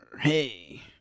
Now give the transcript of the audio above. Hey